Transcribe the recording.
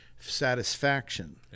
Satisfaction